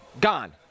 Gone